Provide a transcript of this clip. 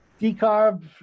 decarb